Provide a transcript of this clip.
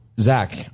Zach